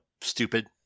stupid